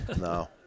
No